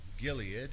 Gilead